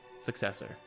successor